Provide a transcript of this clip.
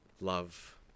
love